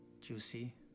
juicy